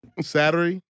Saturday